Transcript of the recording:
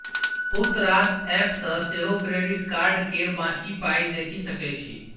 बहुत रास एप्प सँ सेहो क्रेडिट कार्ड केर बाँकी पाइ देखि सकै छी